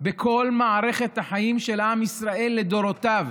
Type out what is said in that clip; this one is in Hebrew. בכל מערכת החיים של עם ישראל לדורותיו,